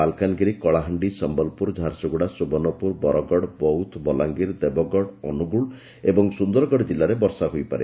ମାଲକାନଗିରି କଳାହାଣ୍ଡି ସ୍ୟଲପୁର ଝାରସୁଗୁଡ଼ା ସୁବର୍ଷପୁର ବରଗଡ଼ ବୌଦ୍ଧ ବଲାଙ୍ଗୀର ଦେବଗଡ଼ ଅନୁଗୁଳ ଏବଂ ସୁନ୍ଦରଗଡ଼ ଜିଲ୍ଲାରେ ବର୍ଷା ହୋଇପାରେ